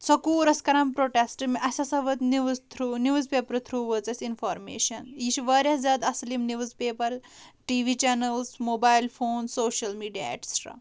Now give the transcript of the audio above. سۄ کوٗر ٲس کران پروٹیٚسٹ اَسہِ ہسا ووت نِوٕز تھروٗ نِوٕز پیپرٕ تھروٗ وٲژ اَسہِ اِنفارمیٚشن یہِ چھِ واریاہ زیادٕ اَصٕل یِم news paper T V channels mobile phone social media et cetera